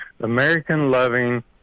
American-loving